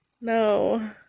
No